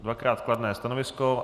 Dvakrát kladné stanovisko.